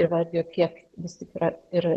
įvardijo kiek vis tik yra ir